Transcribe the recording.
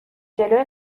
جلوی